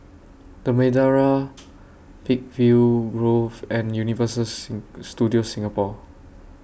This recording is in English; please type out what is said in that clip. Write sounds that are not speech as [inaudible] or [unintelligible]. The Madeira [noise] Peakville Grove and Universal [unintelligible] Studios Singapore